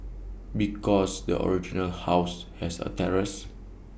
because the original house has A terrace